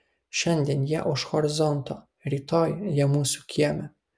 šiandien jie už horizonto rytoj jie mūsų kieme